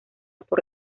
por